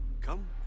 come